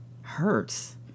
hurts